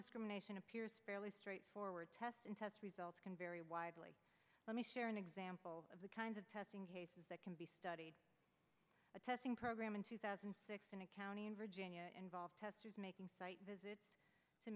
discrimination appears fairly straightforward test and test results can vary widely let me share an example of the kinds of testing cases that can be studied a testing program in two thousand and six in a county in virginia involved tester's making site visit to